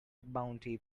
bounty